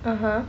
(uh huh)